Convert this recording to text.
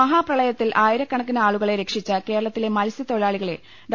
മഹാപ്രളയത്തിൽ ആയിരക്കണക്കിന് ആളുകളെ രക്ഷിച്ച കേരള ത്തിലെ മത്സ്യത്തൊഴിലാളികളെ ഡോ